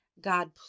God